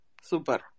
Super